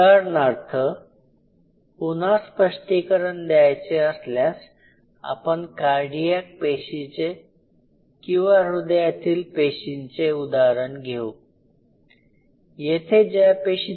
उदाहरणार्थ पुन्हा स्पष्टीकरण द्यायचे असल्यास आपण कार्डियाक पेशींचे किंवा हृदयातील पेशींचे उदाहरण घेऊ